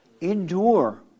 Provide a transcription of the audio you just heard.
Endure